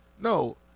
No